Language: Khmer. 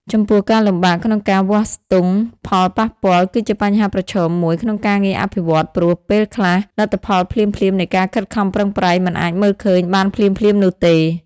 ចំពោះការលំបាកក្នុងការវាស់ស្ទង់ផលប៉ះពាល់ គឺជាបញ្ហាប្រឈមមួយក្នុងការងារអភិវឌ្ឍន៍ ព្រោះ ពេលខ្លះលទ្ធផលភ្លាមៗនៃការខិតខំប្រឹងប្រែងមិនអាចមើលឃើញបានភ្លាមៗនោះទេ។